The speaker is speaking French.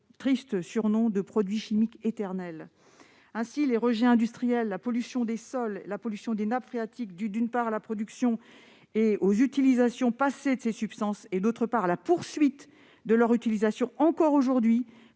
triste surnom de « produits chimiques éternels ». Ainsi, les rejets industriels, la pollution des sols et la pollution des nappes phréatiques dus, d'une part, à la production et aux utilisations passées de ces substances et, d'autre part, à la poursuite de leur utilisation, aujourd'hui